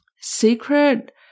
Secret